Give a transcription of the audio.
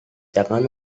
jangan